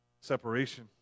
separation